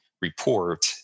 report